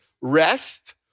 rest